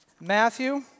Matthew